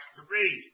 three